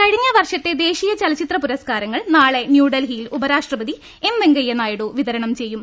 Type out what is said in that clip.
കഴിഞ്ഞ വർഷത്തെ ദേശീയ ചലച്ചിത്ര പുരസ്കാരങ്ങൾ നാളെ ന്യൂഡൽഹിയിൽ ഉപരാഷ്ട്രപതി എം വെങ്കയ്യനായിഡു വിതരണം ചെയ്യും